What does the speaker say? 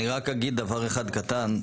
אני רק אגיד דבר אחד קטן,